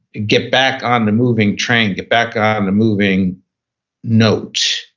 get back on the moving train. get back on the moving note.